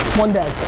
one day.